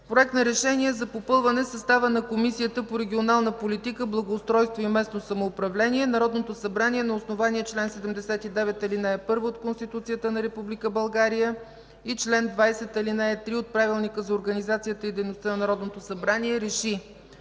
„Проект РЕШЕНИЕ за попълване състава на Комисията по регионална политика, благоустройство и местно самоуправление Народното събрание на основание чл. 79, ал. 1 от Конституцията на Република България и чл. 20, ал. 3 от Правилника за организацията и дейността на Народното събрание РЕШИ: